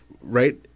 right